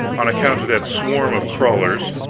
on account of that swarm of crawlers,